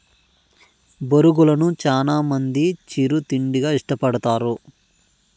బొరుగులను చానా మంది చిరు తిండిగా ఇష్టపడతారు